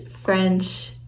French